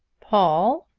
paul,